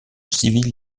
civil